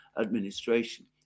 administration